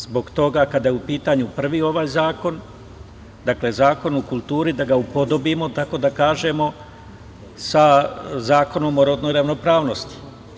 Zbog toga kada je u pitanju prvi ovaj zakon, dakle Zakon o kulturi, da ga upodobimo, tako da kažemo, sa Zakonom o rodnoj ravnopravnosti.